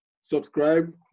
subscribe